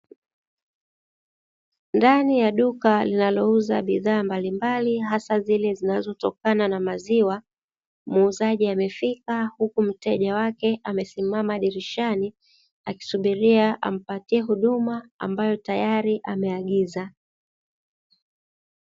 Ndani ya duka linalouza bidhaa mbalimbali, hasa zile zinazotokana na maziwa, muuzaji amefika huku mteja wake amesimama dirishani akisubiria ampatie huduma ambayo tayari ameagiza.